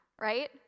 right